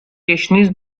گشنیز